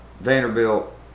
Vanderbilt